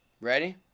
Ready